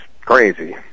crazy